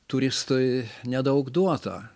turistui nedaug duota